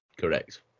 correct